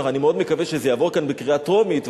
אני מאוד מקווה שזה יעבור כאן בקריאה טרומית,